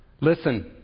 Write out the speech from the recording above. Listen